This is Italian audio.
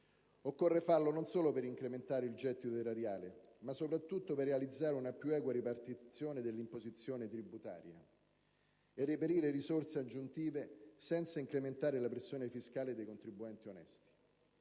Occorre farlo non solo per incrementare il gettito erariale, ma soprattutto per realizzare una più equa ripartizione dell'imposizione tributaria e per reperire risorse aggiuntive senza incrementare la pressione fiscale sui contribuenti onesti.